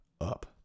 up